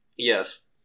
Yes